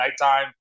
nighttime